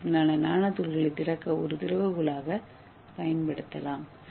ஏ அடிப்படையிலான நானோ துகள்களை திறக்க ஒரு திறவுகோலாக பயன்படுத்தலாம்